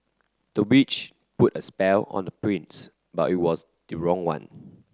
the witch put a spell on the prince but it was the wrong one